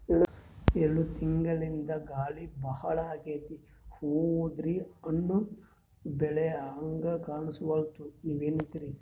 ಎರೆಡ್ ತಿಂಗಳಿಂದ ಗಾಳಿ ಭಾಳ ಆಗ್ಯಾದ, ಹೂವ ಉದ್ರಿ ಹಣ್ಣ ಬೆಳಿಹಂಗ ಕಾಣಸ್ವಲ್ತು, ನೀವೆನಂತಿರಿ?